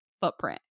footprint